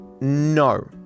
No